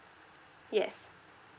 yes